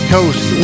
Coast